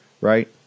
right